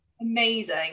Amazing